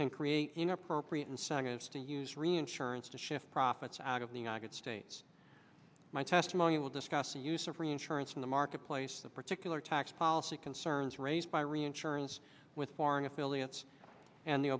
can create inappropriate and sagas to use reinsurance to shift profits out of the united states my testimony will discuss the use of reinsurance in the marketplace the particular tax policy concerns raised by reinsurance with foreign affiliates and the